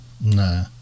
no